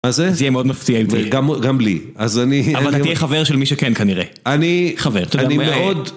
מה זה? זה יהיה מאוד מפתיע אם תהיה... גם לי אז אני... אבל אתה תהיה חבר של מי שכן כנראה אני... חבר אני מאוד...